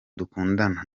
dukundana